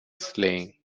slaying